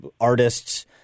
artists